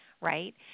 right